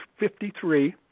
53